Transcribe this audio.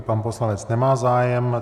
Pan poslanec nemá zájem.